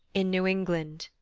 in new-england.